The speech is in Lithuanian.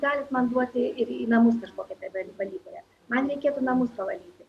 galite man duoti ir į namus kažkokią tai va valytoją man reikėtų namus pavalyti